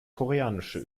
koreanische